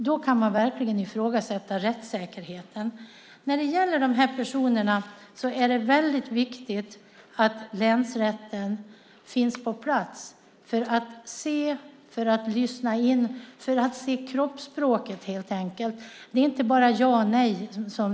Då kan man verkligen ifrågasätta rättssäkerheten. När det gäller de här personerna är det väldigt viktigt att länsrätten finns på plats för att lyssna in och se kroppsspråket. Det handlar inte bara om ja och nej.